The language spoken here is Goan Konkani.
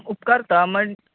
उपकारता मण